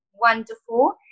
wonderful